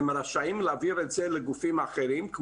רשאים להעביר את זה לגופים אחרים,